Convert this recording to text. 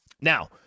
Now